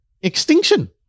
extinction